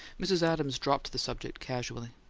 mrs. adams dropped the subject casually.